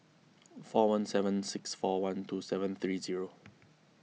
four one seven six four one two seven three zero